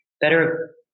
better